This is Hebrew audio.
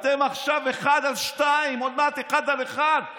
אתם עכשיו אחד על שניים, עוד מעט אחד על אחד.